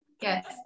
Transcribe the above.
Yes